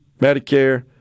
Medicare